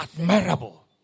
Admirable